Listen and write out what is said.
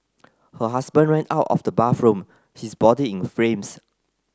her husband ran out of the bathroom his body in flames